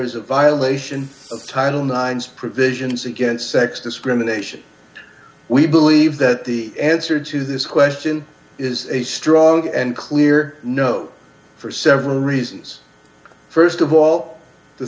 is a violation of title nine's provisions against sex discrimination we believe that the answer to this question is a strong and clear no for several reasons st of all the